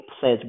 says